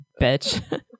bitch